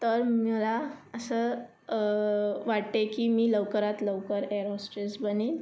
तर मला असं वाटतंय की मी लवकरात लवकर एअर होस्टेस बनेन